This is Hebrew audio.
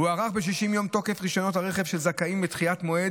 הוארך ב-60 יום תוקף רישיונות הרכב של זכאים לדחיית מועד